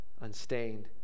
unstained